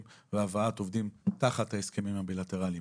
והבאת עובדים תחת ההסכמים הבילטרליים.